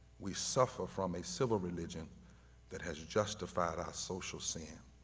we suffer from a civil religion that has justified our social sin